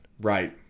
Right